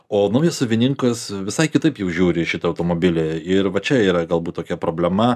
o naujas savininkas visai kitaip jau žiūri į šitą automobilį ir va čia yra galbūt tokia problema